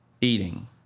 eating